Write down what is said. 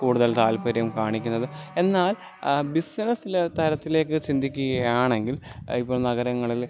കൂടുതൽ താല്പര്യം കാണിക്കുന്നത് എന്നാൽ ബിസിനസ്സ് ലെവ് തലത്തിലേക്ക് ചിന്തിക്കുകയാണെങ്കിൽ ഇപ്പോൾ നഗരങ്ങളിൽ